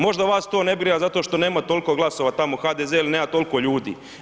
Možda vas to ne brine zato što nema toliko glasova tamo, HDZ jer nema toliko ljudi.